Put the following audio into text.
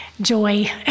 joy